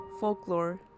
folklore